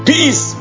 Peace